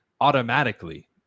automatically